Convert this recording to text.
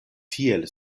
tiel